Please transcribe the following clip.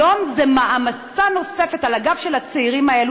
היום זו מעמסה נוספת על הגב של הצעירים האלה,